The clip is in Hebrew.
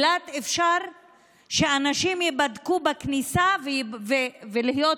באילת אפשר שאנשים ייבדקו בכניסה ואפשר להיות